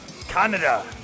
Canada